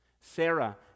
Sarah